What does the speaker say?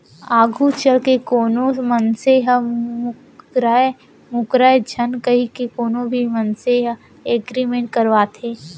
आघू चलके कोनो मनसे ह मूकरय झन कहिके कोनो भी मनसे ह एग्रीमेंट करवाथे